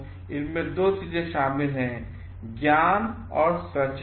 तो इसमें दो चीजें शामिल हैंज्ञान और स्वैच्छिकता